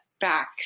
back